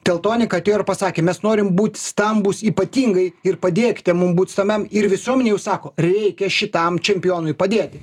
teltonika atėjo ir pasakė mes norim būt stambūs ypatingai ir padėkite mum būt stamiam ir visuomenė jau sako reikia šitam čempionui padėti